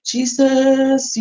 Jesus